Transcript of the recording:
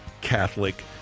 Catholic